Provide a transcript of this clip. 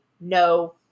no